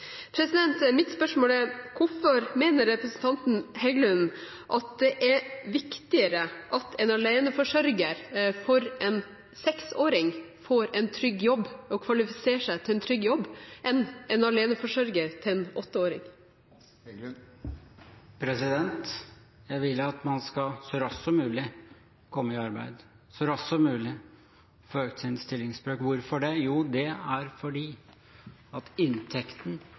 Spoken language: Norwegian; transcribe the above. innskjerpelse. Mitt spørsmål er: Hvorfor mener representanten Heggelund at det er viktigere at en aleneforsørger for en seksåring kvalifiserer seg til en trygg jobb enn en aleneforsørger for en åtteåring? Jeg vil at man så raskt som mulig skal komme i arbeid, og så raskt som mulig få økt sin stillingsbrøk. Hvorfor det? Jo, fordi inntekten i de aller fleste tilfeller er